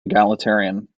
egalitarian